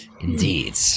Indeed